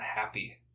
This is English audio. happy